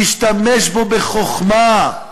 תשתמש בו בחוכמה,